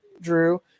drew